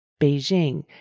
Beijing